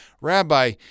Rabbi